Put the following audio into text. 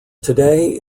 today